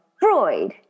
freud